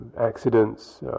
accidents